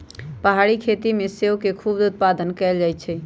पहारी खेती में सेओ के खूब उत्पादन कएल जाइ छइ